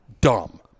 Dumb